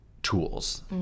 tools